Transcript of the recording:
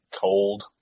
Cold